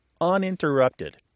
uninterrupted